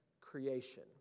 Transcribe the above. creation